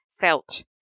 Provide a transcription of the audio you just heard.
felt